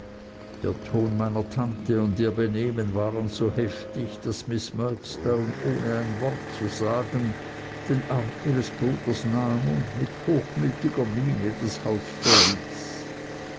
der ton meiner tante und ihr benehmen waren so heftig daß miß murdstone ohne ein wort zu sagen den arm ihres bruders nahm und mit hochmütiger miene das haus verließ